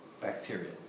bacteria